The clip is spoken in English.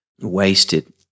wasted